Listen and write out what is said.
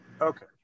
okay